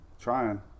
trying